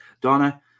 Donna